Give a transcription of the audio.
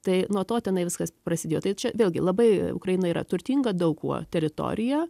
tai nuo to tenai viskas prasidėjo tai čia vėlgi labai ukraina yra turtinga daug kuo teritorija